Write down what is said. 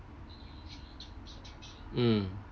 mm